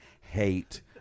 hate